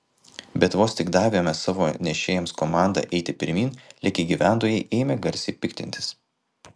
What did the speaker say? bet vos tik davėme savo nešėjams komandą eiti pirmyn likę gyventojai ėmė garsiai piktintis